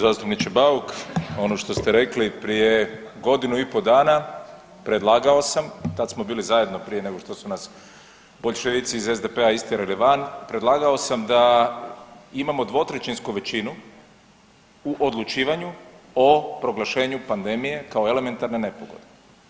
zastupniče Bauk, ono što ste rekli prije godinu i po dana predlagao sam, tad smo bili zajedno prije nego što su nas boljševici iz SDP-a istjerali van, predlagao sam da imamo dvotrećinsku većinu u odlučivanju o proglašenju pandemije elementarne nepogode.